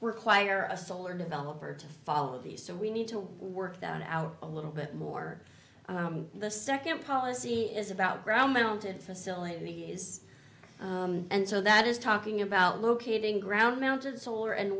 require a solar developer to follow these so we need to work that out a little bit more the second policy is about ground mounted facility is and so that is talking about locating ground mounted solar and